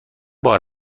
بار